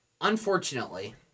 unfortunately